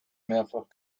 mehrfach